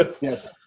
Yes